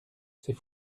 c’est